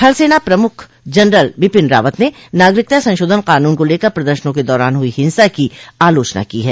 थलसेना प्रमुख जनरल बिपिन रावत ने नागरिकता संशोधन कानून को लेकर प्रदर्शनों के दौरान हुई हिंसा की आलोचना की है